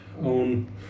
own